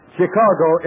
Chicago